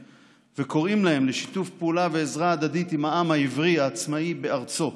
וקוראים להם לשיתוף פעולה ועזרה הדדית עם העם העברי העצמאי בארצו.